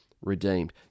redeemed